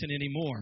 anymore